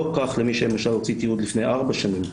לא כך למי שלמשל הוציא תיעוד לפני ארבע שנים,